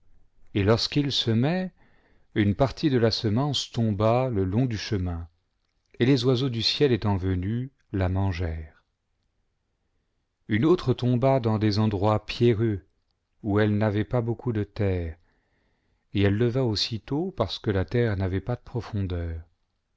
et lorsqu'il semait une partie de la semence tomba le long du chemin et les oiseaux du ciel étant venus la mangèrent une autre tomba dans des endroits pierreux où elle n'avait pas beaucoup de terre et elle leva aussitôt parce que la terre n'avait pas de profondeur